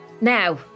Now